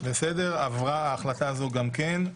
בסדר, עברה ההחלטה הזו גם כן.